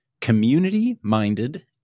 Community-Minded